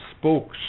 spoke